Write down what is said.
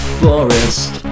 forest